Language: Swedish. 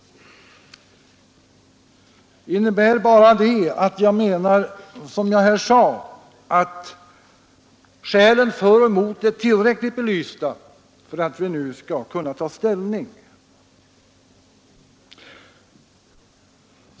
Det innebär bara att jag menar, som jag sade, att skälen för och emot är tillräckligt belysta för att vi nu skall kunna ta ställning.